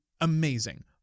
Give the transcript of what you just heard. amazing